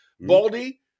Baldy